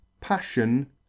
PASSION